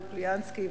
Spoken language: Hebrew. לופוליאנסקי,